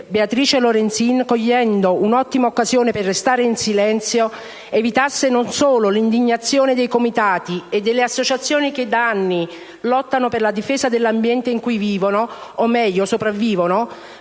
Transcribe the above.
Beatrice Lorenzin, cogliendo un'ottima occasione per restare in silenzio, evitasse non solo l'indignazione dei comitati e delle associazioni che da anni lottano per la difesa dell'ambiente in cui vivono (o meglio, sopravvivono),